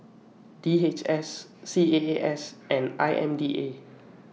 D H S C A A S and I M D A